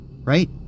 Right